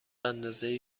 اندازه